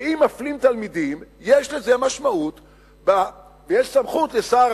ואם מפלים תלמידים יש לזה משמעות ויש סמכות לשר